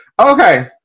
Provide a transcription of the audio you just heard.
Okay